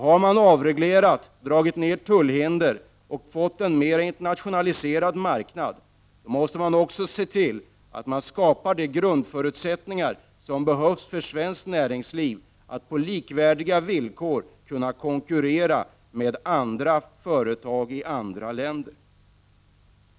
Har man avreglerat, minskat tullhindren och fått en mer internationaliserad marknad, måste man också se till att man skapar grundförutsättningarna för svenskt näringsliv att på likvärdiga villkor konkurrera med företag i andra länder.